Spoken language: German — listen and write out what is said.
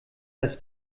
das